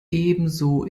ebenso